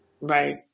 Right